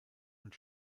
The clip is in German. und